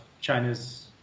China's